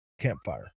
campfire